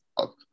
up